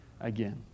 again